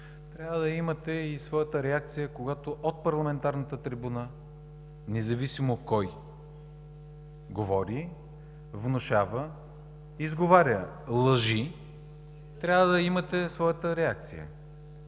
трябва да имате своята реакция, когато от парламентарната трибуна, независимо кой говори, внушава, изговаря лъжи. Трябва да имате своята реакция,